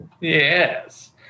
Yes